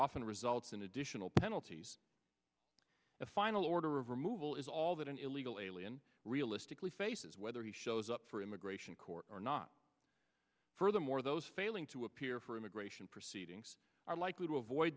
often results in additional penalties the final order of removal is all that an illegal alien realistically faces whether he shows up for immigration court or not furthermore those failing to appear for immigration proceedings are likely to avoid